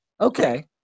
Okay